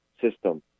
system